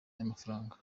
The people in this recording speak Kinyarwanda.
y’amafaranga